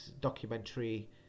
documentary